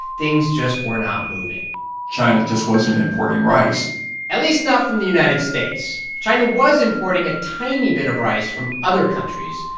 things just were not moving china just wasn't importing rice at least not from the united states. china was importing a tiny bit of rice from other countries.